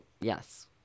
yes